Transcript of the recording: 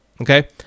Okay